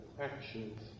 actions